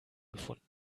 gefunden